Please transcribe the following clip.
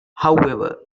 however